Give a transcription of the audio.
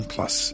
Plus